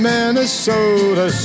Minnesota